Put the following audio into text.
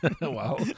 Wow